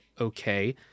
okay